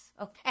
okay